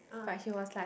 but he was like